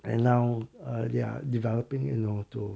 and now uh ya they're developing you know to